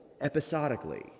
episodically